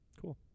Cool